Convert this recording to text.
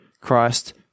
Christ